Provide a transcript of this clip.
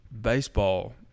Baseball